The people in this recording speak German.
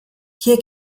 hier